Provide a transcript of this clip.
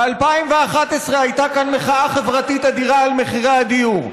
ב-2011 הייתה כאן מחאה חברתית אדירה על מחירי הדיור.